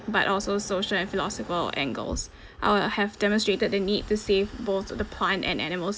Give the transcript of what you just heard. but also social and philosopher angles I would have demonstrated the need to save both the plant and animals